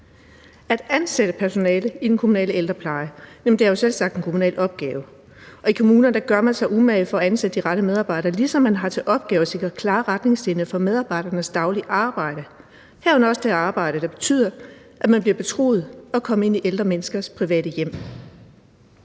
At ansætte personale i den kommunale ældrepleje er jo selvsagt en kommunal opgave, og i kommunerne gør man sig umage for at ansætte de rette medarbejdere, ligesom man har til opgave at sikre klare retningslinjer for medarbejdernes daglige arbejde, herunder også det arbejde, der betyder, at man bliver betroet at komme ind i ældre menneskers private hjem.